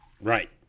Right